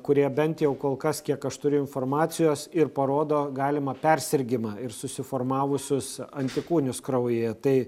kurie bent jau kol kas kiek aš turiu informacijos ir parodo galimą persirgimą ir susiformavusius antikūnius kraujyje tai